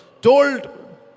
told